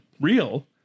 real